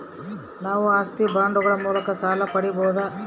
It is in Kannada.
ನಾವು ಆಸ್ತಿ ಬಾಂಡುಗಳ ಮೂಲಕ ಸಾಲ ಪಡೆಯಬಹುದಾ?